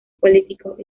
políticos